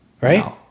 right